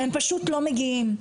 והם פשוט לא מגיעים.